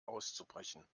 auszubrechen